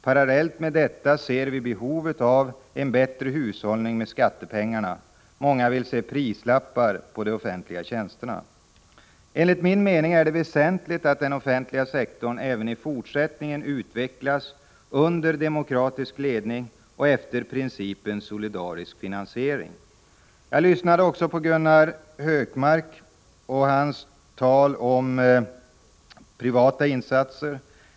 Parallellt med detta ser vi behov av en bättre hushållning med skattepengarna. Många vill se prislappar på de offentliga tjänsterna. Enligt min mening är det väsentligt att den offentliga sektorn även i fortsättningen utvecklas under demokratisk ledning och efter principen om solidarisk finansiering. Jag lyssnade också på Gunnar Hökmark och hans tal om privata insatser.